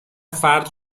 فرد